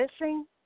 missing